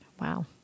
Wow